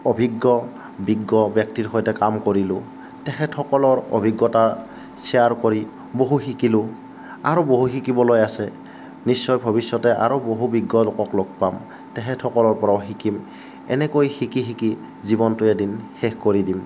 অভিজ্ঞ বিজ্ঞ ব্যক্তিৰ সৈতে কাম কৰিলোঁ তেখেতসকলৰ অভিজ্ঞতা শ্বেয়াৰ কৰি বহু শিকিলোঁ আৰু বহু শিকিবলৈ আছে নিশ্চয় ভৱিষ্যতে আৰু বহু বিজ্ঞলোকক লগ পাম তেখেতসকলৰ পৰাও শিকিম এনেকৈ শিকি শিকি জীৱনটো এদিন শেষ কৰি দিম